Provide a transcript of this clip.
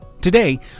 Today